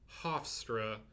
Hofstra